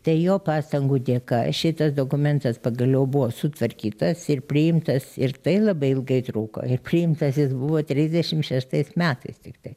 tai jo pastangų dėka šitas dokumentas pagaliau buvo sutvarkytas ir priimtas ir tai labai ilgai truko ir priimtas jis buvo trisdešim šeštais metais tiktai